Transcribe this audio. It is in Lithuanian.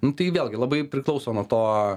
nu tai vėlgi labai priklauso nuo to